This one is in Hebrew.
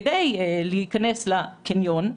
כדי להיכנס לקניון,